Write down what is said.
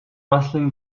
rustling